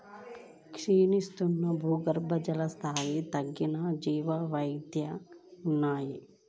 క్షీణిస్తున్న భూగర్భజల స్థాయిలు తగ్గిన జీవవైవిధ్యం ఉన్నాయి